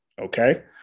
Okay